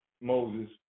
Moses